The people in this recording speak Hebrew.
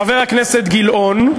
חבר הכנסת גילאון,